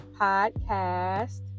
podcast